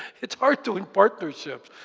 it's hard to win partnerships.